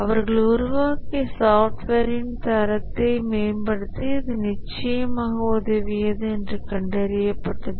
அவர்கள் உருவாக்கிய சாஃப்ட்வேரின் தரத்தை மேம்படுத்த இது நிச்சயமாக உதவியது என்று கண்டறியப்பட்டது